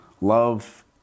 love